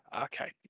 Okay